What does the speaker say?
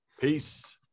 Peace